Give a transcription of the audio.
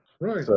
Right